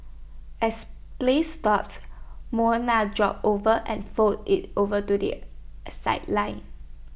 as play stopped Mona jogged over and fold IT over to the sideline